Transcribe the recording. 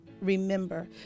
remember